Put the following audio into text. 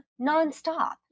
nonstop